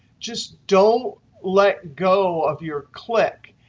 just don't let go of your click,